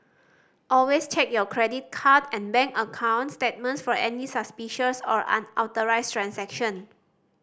always check your credit card and bank account statements for any suspicious or unauthorised transaction